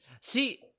See